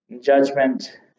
Judgment